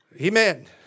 Amen